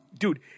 Dude